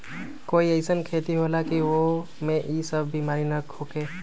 कोई अईसन खेती होला की वो में ई सब बीमारी न होखे?